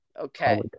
Okay